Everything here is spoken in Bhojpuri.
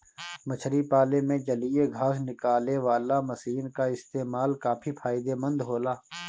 मछरी पाले में जलीय घास निकालेवाला मशीन क इस्तेमाल काफी फायदेमंद होला